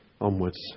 onwards